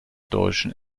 deutschen